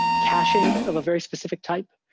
caching of a very specific type.